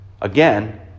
Again